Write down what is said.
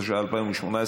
התשע"ח 2018,